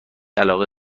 علاقه